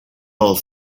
all